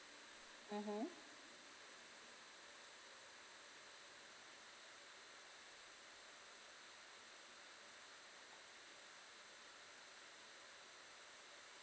mmhmm